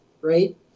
right